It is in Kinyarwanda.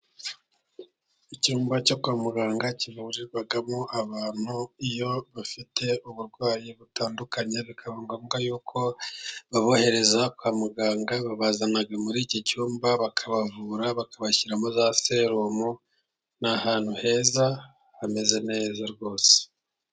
Icyumba cyo kwa muganga kivurirwamo abantu iyo bafite uburwayi butandukanye, bikaba ngombwa y'uko babohereza kwa muganga, babazana muri iki cyumba bakabavura, bakabashyiramo za serumu, ni ahantu heza hameze neza rwose.